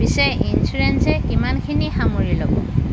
পিছে ইনছুৰেঞ্চে কিমানখিনি সামৰি ল'ব